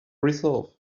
resolve